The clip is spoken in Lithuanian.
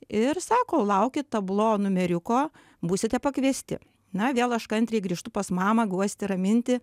ir sako laukit tablo numeriuko būsite pakviesti na vėl aš kantriai grįžtu pas mamą guosti raminti